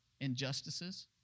injustices